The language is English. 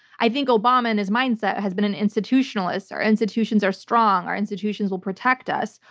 i think obama in his mindset has been an institutionalist, our institutions are strong, our institutions will protect us.